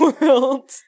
world